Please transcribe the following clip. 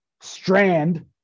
strand